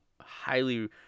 highly